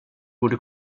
borde